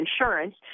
insurance